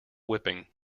whipping